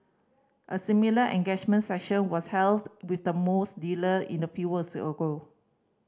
a similar engagement session was held with the mosque leader in a few was ago